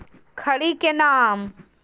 खड़ी के नाम?